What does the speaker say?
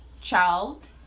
child